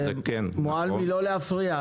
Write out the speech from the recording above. מועלמי לא להפריע,